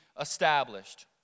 established